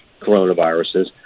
coronaviruses